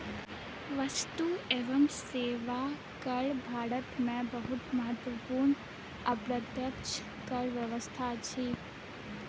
वस्तु एवं सेवा कर भारत में बहुत महत्वपूर्ण अप्रत्यक्ष कर व्यवस्था अछि